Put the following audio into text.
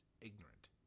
ignorant